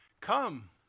Come